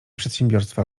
przedsiębiorstwa